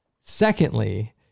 Secondly